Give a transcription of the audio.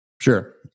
Sure